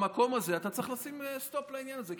במקום הזה אתה צריך לשים סטופ לעניין הזה,